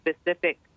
specific